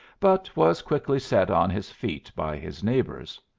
but was quickly set on his feet by his neighbours.